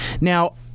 Now